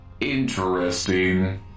Interesting